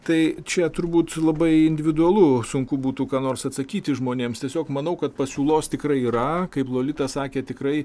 tai čia turbūt labai individualu sunku būtų ką nors atsakyti žmonėms tiesiog manau kad pasiūlos tikrai yra kaip lolita sakė tikrai